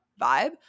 vibe